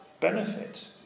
Benefit